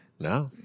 No